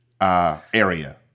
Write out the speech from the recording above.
area